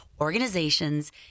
organizations